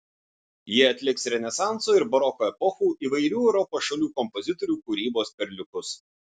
jie atliks renesanso ir baroko epochų įvairių europos šalių kompozitorių kūrybos perliukus